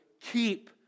keep